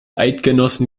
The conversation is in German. eidgenossen